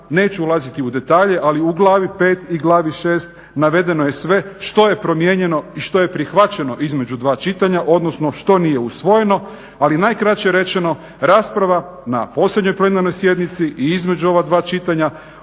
neću ulaziti u detalje ali u glavi 5 i glavi 6 navedeno je sve što je promijenjeno i što je prihvaćeno između dva čitanja odnosno što nije usvojeno, ali najkraće rečeno rasprava na posljednjoj plenarnoj sjednici i između ova dva čitanja